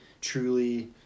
truly